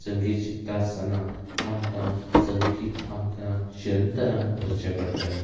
संगीत शिकता आसतना आमकां संगीत आमकां शिरंतरान भरचें पडटलें